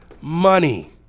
money